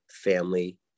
family